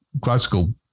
classical